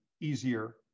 easier